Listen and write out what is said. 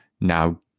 now